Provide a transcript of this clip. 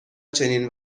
چنین